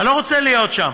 אני לא רוצה להיות שם,